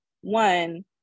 One